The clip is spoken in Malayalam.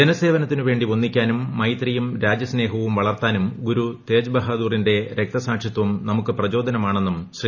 ജനസേവനത്തിനു പ്രേണ്ടി ഒന്നിക്കാനും മൈത്രിയും രാജ്യസ്നേഹവും വളർത്താനും ഗുരുതേജ് ബഹദൂറിന്റെ രക്തസാക്ഷിത്വം നമുക്ക് പ്രചോദനമാണെന്നും ശ്രീ